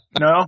No